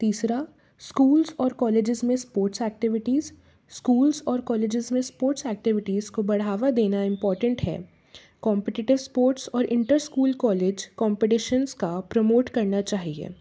तीसरा स्कूल्स और कॉलेजेस में स्पोर्ट्स एक्टिविटीज़ स्कूल्स और कॉलेजेस में स्पोर्ट्स एक्टिविटीज़ को बढ़ावा देना इम्पॉर्टन्ट है कोम्पिटिटर स्पोर्ट्स और इंटर स्कूल कॉलेज कोम्पटिशन्स को प्रमोट करना चाहिए